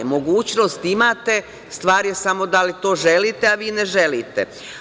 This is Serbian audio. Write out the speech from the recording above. Mogućnost imate, stvar je samo da li to želite, a vi ne želite.